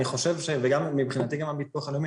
אני חושב, ומבחינתי גם הביטוח הלאומי.